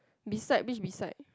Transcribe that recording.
beside which beside